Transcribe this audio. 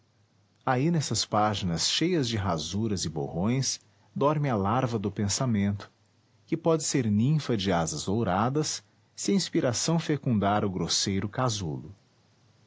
aí nessas páginas cheias de rasuras e borrões dorme a larva do pensamento que pode ser ninfa de asas douradas se a inspiração fecundar o grosseiro casulo